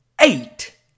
Eight